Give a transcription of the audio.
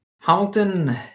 Hamilton